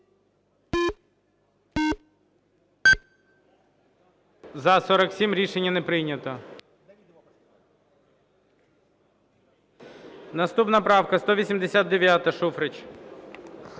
За-47 Рішення не прийнято. Наступна правка 189, Шуфрич.